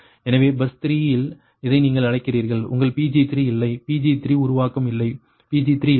எனவே பஸ் 3 இல் இதை நீங்கள் அழைக்கிறீர்கள் உங்கள் Pg3 இல்லை Pg3 உருவாக்கம் இல்லை Pg3 இல்லை